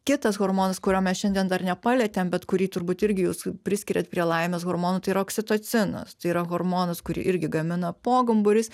kitas hormonas kurio mes šiandien dar nepalietėm bet kurį turbūt irgi jūs priskiriat prie laimės hormonų tai yra oksitocinas tai yra hormonas kurį irgi gamina pogumburis